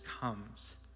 comes